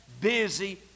busy